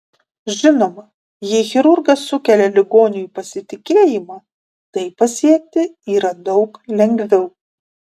žinoma jei chirurgas sukelia ligoniui pasitikėjimą tai pasiekti yra daug lengviau